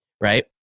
right